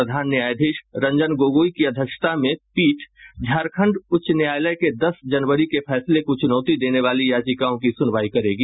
प्रधान न्यायाधीश रंजन गोगोई की अध्यक्षता में पीठ झारखंड उच्च न्यायालय के दस जनवरी के फैसले को चुनौती देने वाली याचिकाओं की सुनवाई करेगी